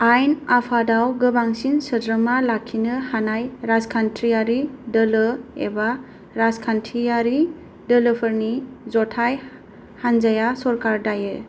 आइन आफादाव गोबांसिन सोद्रोमा लाखिनो हानाय राजखान्थियारि दोलो एबा राजखान्थियारि दोलोफोरनि जथाय हान्जाया सरकार दायो